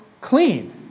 clean